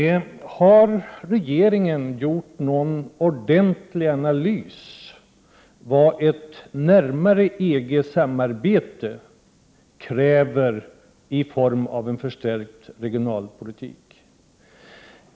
Har regeringen gjort någon ordentlig analys av vad ett närmare EG-samarbete kräver i form av en förstärkning av regionalpolitiken?